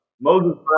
Moses